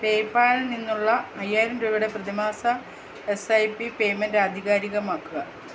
പേയ്പാലിൽ നിന്നുള്ള അയ്യായിരം രൂപയുടെ പ്രതിമാസ എസ് ഐ പി പേയ്മെൻറ്റ് ആധികാരികമാക്കുക